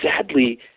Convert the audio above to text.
sadly